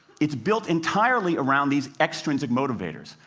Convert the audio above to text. it's built entirely around these extrinsic motivators,